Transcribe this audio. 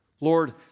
Lord